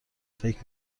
فکر